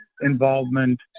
involvement